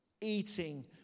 eating